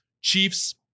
Chiefs